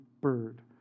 bird